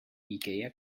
ikea